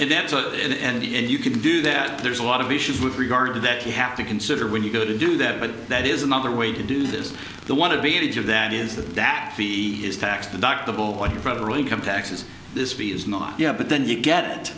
the and you can do that there's a lot of issues with regard to that you have to consider when you go to do that but that is another way to do this the one advantage of that is that that be is tax deductible what your federal income taxes this be is not yeah but then you get it